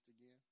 again